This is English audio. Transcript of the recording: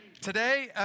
Today